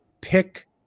pick